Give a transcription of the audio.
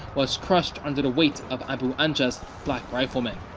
was crushed under the weight of abu anja's black riflemen.